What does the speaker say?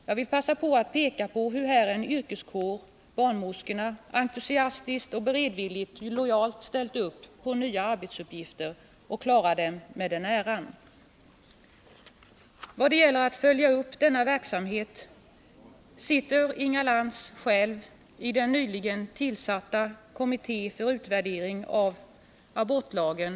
Jag vill begagna tillfället att peka på hur här en yrkeskår, barnmorskorna, entusiastiskt och beredvilligt ställt upp lojalt på nya arbetsuppgifter och klarar dem med den äran. I vad det gäller att följa upp denna verksamhet sitter Inga Lantz själv i den nyligen tillsatta kommittén för utvärdering av abortlagen.